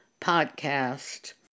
podcast